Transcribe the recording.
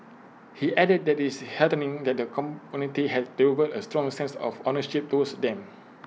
he added that is heartening that the community has developed A strong sense of ownership towards them